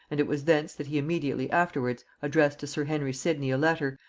and it was thence that he immediately afterwards addressed to sir henry sidney a letter,